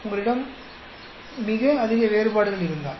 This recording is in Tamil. உங்களிடம் மிக அதிக வேறுபாடுகள் இருந்தால்